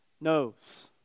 knows